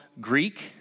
Greek